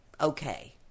Okay